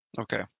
Okay